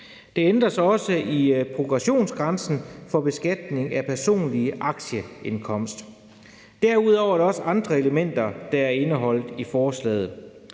Der ændres også i progressionsgrænsen for beskatning af personlig aktieindkomst. Derudover er der også andre elementer, der er indeholdt i forslaget.